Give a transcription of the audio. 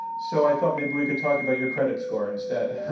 so i thought maybe we could talk about your credit score instead.